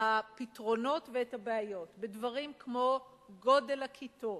הפתרונות ואת הבעיות בדברים כמו גודל הכיתות,